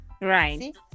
Right